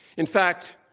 in fact,